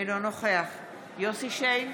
אינו נוכח יוסף שיין,